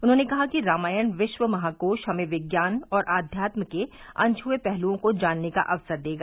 उन्होंने कहा कि रामायण विश्व महाकोश हमें विज्ञान और आध्यात्म के अनछुए पहलुओं को जानने का अवसर देगा